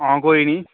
आं कोई निं